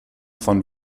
von